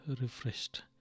refreshed